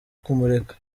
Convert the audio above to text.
kumureka